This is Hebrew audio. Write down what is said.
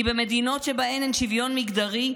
כי במדינות שבהן אין שוויון מגדרי,